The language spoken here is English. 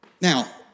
Now